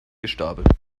gestapelt